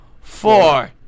four